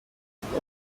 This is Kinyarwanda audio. city